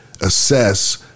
assess